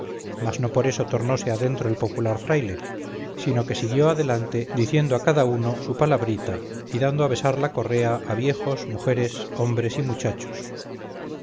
mas no por eso tornose adentro el popular fraile sino que siguió adelante diciendo a cada uno su palabrita y dando a besar la correa a viejos mujeres hombres y muchachos